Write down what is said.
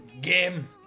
game